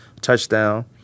touchdown